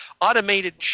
automated